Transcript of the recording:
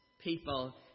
people